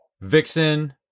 Vixen